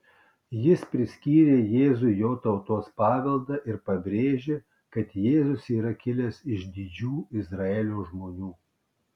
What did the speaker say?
jis priskyrė jėzui jo tautos paveldą ir pabrėžė kad jėzus yra kilęs iš didžių izraelio žmonių